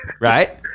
Right